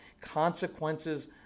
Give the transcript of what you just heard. Consequences